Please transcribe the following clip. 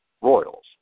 Royals